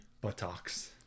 buttocks